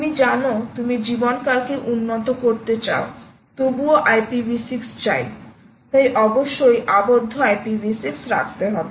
তুমি জানো তুমি জীবনকালকে উন্নত করতে চাও তবুও IPv6 চাই তাই অবশ্যই আবদ্ধ IPv6 রাখতে হবে